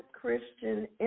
Christian